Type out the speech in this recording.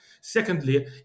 Secondly